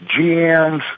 GMs